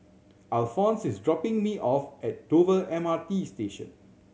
Alfonse is dropping me off at Dover M R T Station